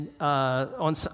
on